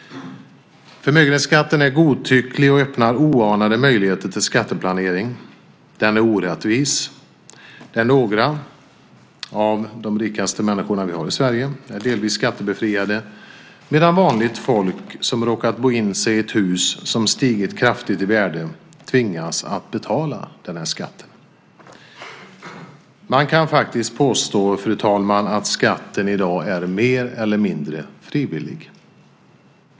Förmögenhetsskatten är godtycklig och den öppnar oanade möjligheter för skatteplanering. Den är orättvis. Några av de rikaste människorna som vi har i Sverige är delvis skattebefriade medan vanligt folk som har råkat bo in sig i ett hus som har stigit kraftigt i värde tvingas att betala skatten. Man kan faktiskt påstå, fru talman, att skatten i dag är mer eller mindre frivillig.